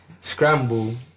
Scramble